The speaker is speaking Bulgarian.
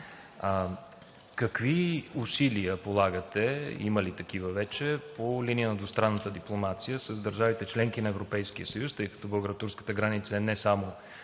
какви усилия полагате, има ли такива вече по линия на двустранната дипломация с държавите – членки на Европейския съюз, тъй като българо-турската граница е не само